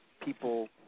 people